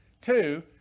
Two